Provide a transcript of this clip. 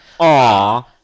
Aww